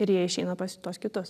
ir jie išeina pas tuos kitus